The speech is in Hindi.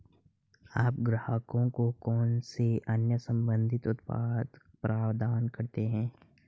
आप ग्राहकों को कौन से अन्य संबंधित उत्पाद प्रदान करते हैं?